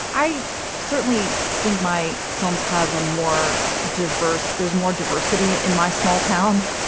i certainly think my films have a more diverse there's more diversity in my small town.